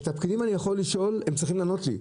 כי כשאני שואל את הפקידים הם צריכים לענות לי,